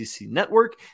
Network